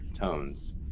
tones